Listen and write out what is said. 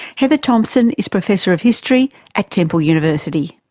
heather thompson is professor of history at temple university.